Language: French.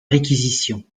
réquisitions